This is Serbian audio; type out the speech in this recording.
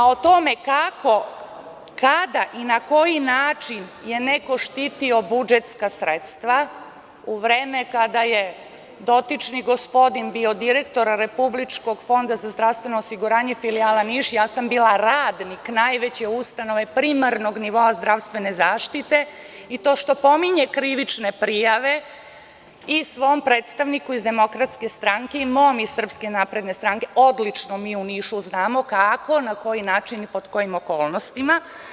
O tome kako, kada i na koji način je neko štitio budžetska sredstva u vreme kada je dotični gospodin bio direktor RFZO filijala Niš, ja sam bila radnik najveće ustanove primarnog nivoa zdravstvene zaštite, i to što pominje krivične prijave i svom predstavniku iz DS i mom iz SNS, odlično mi u Nišu znamo kako, na koji način i pod kojim okolnostima.